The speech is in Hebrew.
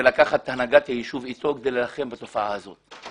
ולקחת את הנהגת היישוב אתו כדי להילחם בתופעה הזאת.